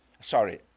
Sorry